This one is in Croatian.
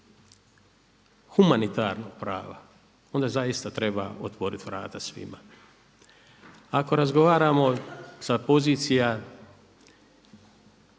humanitarnog prava onda zaista treba otvoriti vrata svima, ako razgovaramo sa pozicija